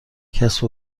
کسب